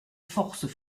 forces